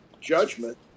judgment